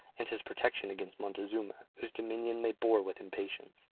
and his protection against montezuma, whose dominion they bore with impatience.